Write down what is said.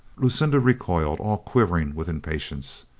lucinda recoiled all quivering with impatience.